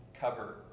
cover